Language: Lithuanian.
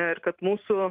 ir kad mūsų